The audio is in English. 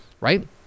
Right